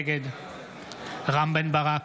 נגד רם בן ברק,